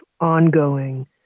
ongoing